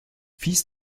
fils